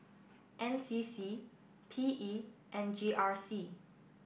N C C P E and G R C